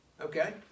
Okay